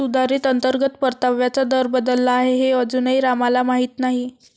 सुधारित अंतर्गत परताव्याचा दर बदलला आहे हे अजूनही रामला माहीत नाही